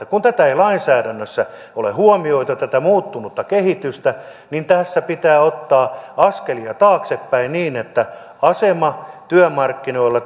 kun ei lainsäädännössä ole huomioitu tätä muuttunutta kehitystä niin tässä pitää ottaa askelia taaksepäin niin että asema työmarkkinoilla